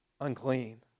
unclean